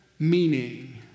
meaning